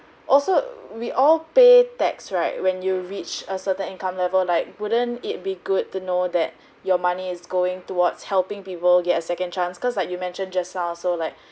also we all pay tax right when you reach a certain income level like wouldn't it be good to know that your money is going towards helping people get a second chance cause like you mentioned just now so like